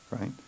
right